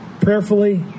prayerfully